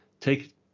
take